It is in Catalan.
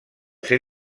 ser